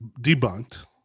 debunked